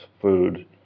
food